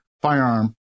firearm